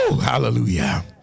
hallelujah